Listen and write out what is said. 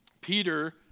Peter